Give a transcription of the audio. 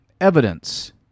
evidence